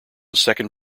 second